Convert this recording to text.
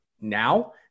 now